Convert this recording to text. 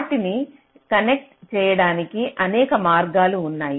వాటిని కనెక్ట్ చేయడానికి అనేక మార్గాలు ఉన్నాయి